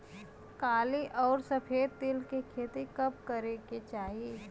काली अउर सफेद तिल के खेती कब करे के चाही?